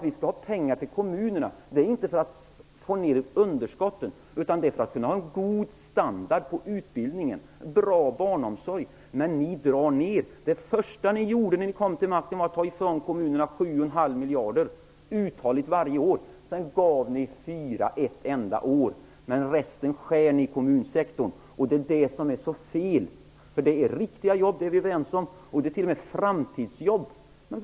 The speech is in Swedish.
Vi vill ha pengar till kommunerna inte för att få ner underskottet utan för att kunna hålla en god standard på utbildningen och ge en bra barnomsorg. Men ni drar ner. Det första ni gjorde när ni kom till makten var att ta ifrån kommunerna 7,5 miljarder varje år, sedan gav ni dem 4 miljarder ett enda år. Resten skär ni bort från kommunsektorn. Det är det som är så fel. Det gäller riktiga jobb -- det är vi överens om -- och det är t.o.m. framtidsjobb.